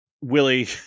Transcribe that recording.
Willie